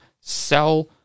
sell